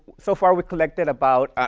so far, we collected about a